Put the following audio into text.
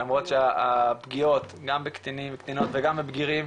למרות שהפגיעות גם בקטינים וקטינות וגם בבגירים